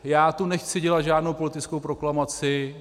Já tu nechci dělat žádnou politickou proklamaci.